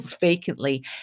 vacantly